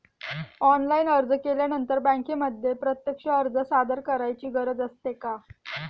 Online अर्ज केल्यानंतर बँकेमध्ये प्रत्यक्ष अर्ज सादर करायची गरज असते का?